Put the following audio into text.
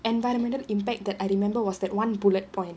environmental impact that I remember was that one bullet point